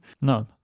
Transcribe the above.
No